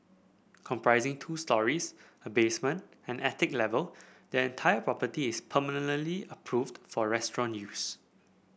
comprising two storeys a basement and an attic level the entire property is permanently approved for restaurant use